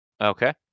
okay